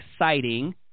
exciting